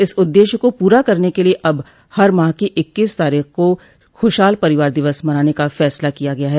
इस उद्देश्य को पूरा करने के लिये अब हर माह की इक्कीस तारीख़ को खुशहाल परिवार दिवस मनाने का फैसला किया गया है